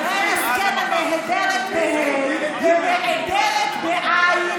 שרן השכל הנהדרת בה"א היא נעדרת בעי"ן